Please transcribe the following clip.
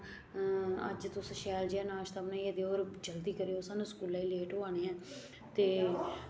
अज्ज तुस शैल जेहा नाश्ता बनाइयै देओ होर जल्दी करेओ सानू स्कूलै ई लेट होआ न ते